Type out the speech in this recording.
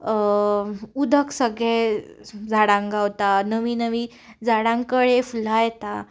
उदक सगळें झाडांक गावता नवी नवी झाडांक कळे फुलां येता